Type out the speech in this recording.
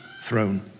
throne